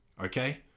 Okay